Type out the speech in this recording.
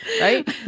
Right